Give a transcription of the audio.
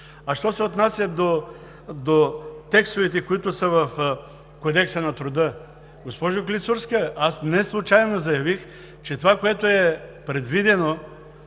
А що се отнася до текстовете, които са в Кодекса на труда, госпожо Клисурска, аз не случайно заявих, че това, което е предвидено